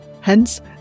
Hence